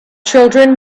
children